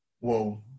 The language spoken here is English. whoa